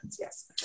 yes